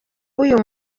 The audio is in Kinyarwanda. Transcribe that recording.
w’uyu